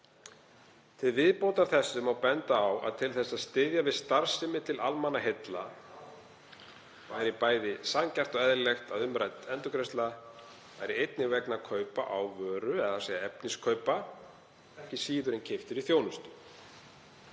Til viðbótar þessu má benda á að til þess að styðja við starfsemi til almannaheilla væri bæði sanngjarnt og eðlilegt að umrædd endurgreiðsla væri einnig vegna kaupa á vöru, þ.e. efniskaupa, ekki síður en keyptri þjónustu.